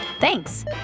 Thanks